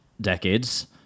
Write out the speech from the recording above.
decades